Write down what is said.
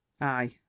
Aye